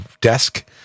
desk